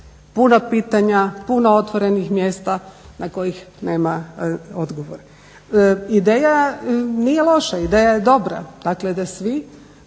puno pitanja, puno otvorenih mjesta na kojih nema odgovora. Ideja nije loša, ideja je dobra. Dakle da svi